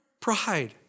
Pride